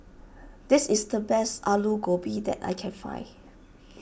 this is the best Alu Gobi that I can find